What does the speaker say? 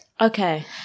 Okay